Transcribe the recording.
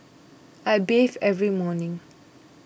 I bathe every morning